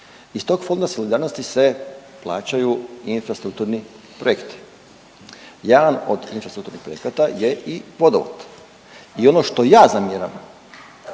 Iz tog Fonda solidarnosti se plaćaju i infrastrukturni projekti. Jedan od infrastrukturnih projekata je i vodovod. I ono što ja zamjeram